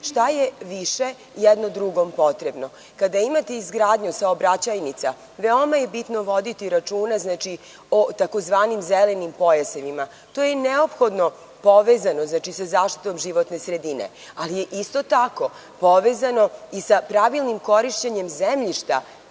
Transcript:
šta je više jedno drugom potrebno. Kada imate izgradnju saobraćajnica, veoma je bitno voditi računa o tzv. zelenim pojasevima. To je neophodno povezano sa zaštitom životne sredine, ali je isto tako povezano i sa pravilnim korišćenjem zemljišta